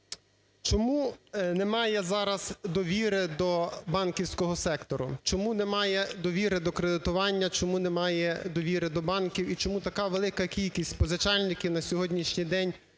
Чому немає зараз довіри до банківського сектору? Чому немає довіри до кредитування? Чому немає довіри до банків і чому така велика кількість позичальників на сьогоднішній день